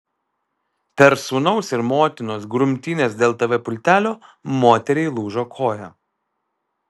per sūnaus ir motinos grumtynes dėl tv pultelio moteriai lūžo koja